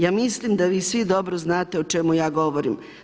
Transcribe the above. Ja mislim da vi svi dobro znate o čemu ja govorim.